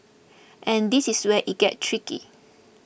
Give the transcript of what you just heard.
and this is where it gets tricky